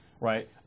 right